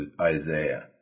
Isaiah